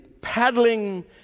paddling